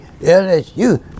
LSU